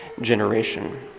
generation